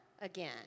again